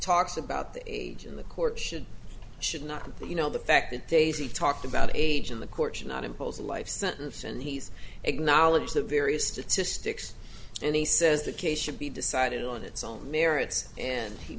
talks about the age of the court should should not be you know the fact that daisy talked about age in the court should not impose a life sentence and he's acknowledged that various statistics and he says the case should be decided on its own merits and he